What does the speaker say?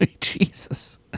Jesus